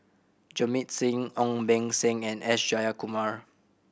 Jamit Singh Ong Beng Seng and S Jayakumar